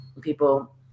People